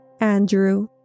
Andrew